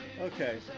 Okay